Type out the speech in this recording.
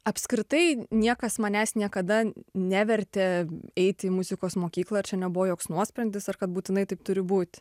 apskritai niekas manęs niekada nevertė eit į muzikos mokyklą ir čia nebuvo joks nuosprendis ar kad būtinai taip turi būt